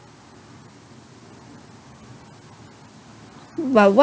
but what